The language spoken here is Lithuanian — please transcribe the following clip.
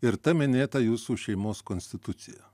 ir ta minėta jūsų šeimos konstitucija